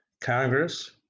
Congress